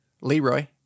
Leroy